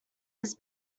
his